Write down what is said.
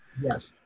Yes